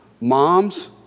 Moms